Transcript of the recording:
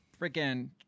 freaking